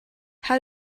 how